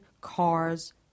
cars